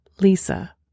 Lisa